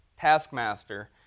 taskmaster